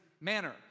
manner